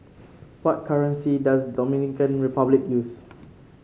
what currency does Dominican Republic use